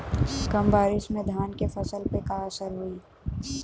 कम बारिश में धान के फसल पे का असर होई?